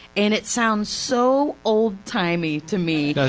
and it sounds so old timey to me. ah